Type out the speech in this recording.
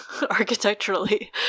architecturally